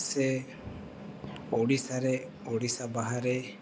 ସେ ଓଡ଼ିଶାରେ ଓଡ଼ିଶା ବାହାରେ